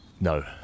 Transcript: no